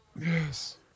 Yes